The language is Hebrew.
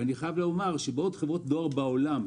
בעוד חברות דואר בעולם,